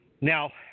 Now